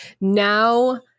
now